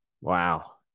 Wow